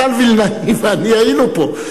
מתן וילנאי ואני היינו פה.